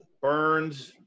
Burned